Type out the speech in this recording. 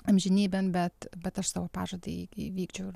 amžinybėn bet bet aš savo pažadą įvykdžiau